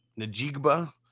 Najigba